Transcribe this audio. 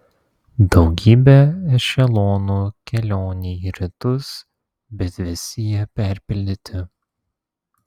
daugybė ešelonų kelionei į rytus bet visi jie perpildyti